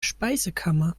speisekammer